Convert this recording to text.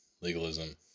legalism